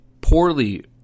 poorly